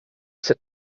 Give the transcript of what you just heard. sut